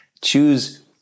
Choose